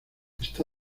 está